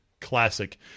Classic